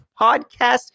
Podcast